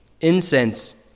Incense